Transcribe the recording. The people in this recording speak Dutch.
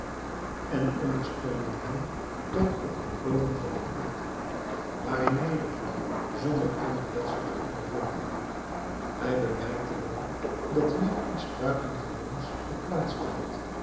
en ondersteunden hem tot op den bodem van den put waar hij nederviel zonder eenig letsel te ondervinden hij bemerkte wel dat hier iets buitengewoons had